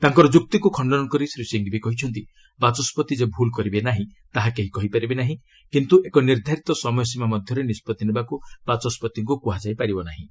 ତାଙ୍କର ଯ୍ରକ୍ତିକ୍ ଖଣ୍ଡନ କରି ଶ୍ରୀ ସିଂଘଭି କହିଛନ୍ତି ବାଚସ୍କତି ଯେ ଭ୍ରଲ୍ କରିବେ ନାହିଁ ତାହା କେହି କହିପାରିବେ ନାହିଁ କିନ୍ତୁ ଏକ ନିର୍ଦ୍ଧାରିତ ସମୟସୀମା ମଧ୍ୟରେ ନିଷ୍ପଭି ନେବାକୁ ବାଚସ୍କତିଙ୍କୁ କୁହାଯାଇ ପାରିବ ନାହିଁ